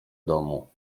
domu